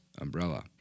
umbrella